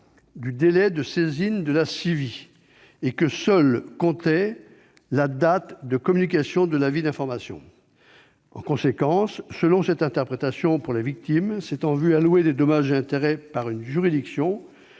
du délai de saisine de la CIVI et que seule comptait la date de communication de l'avis d'information. En conséquence, selon cette interprétation, pour les victimes s'étant vu allouer des dommages et intérêts par une juridiction,